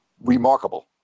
remarkable